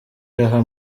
iraha